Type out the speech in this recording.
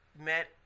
met